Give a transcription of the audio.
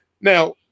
Now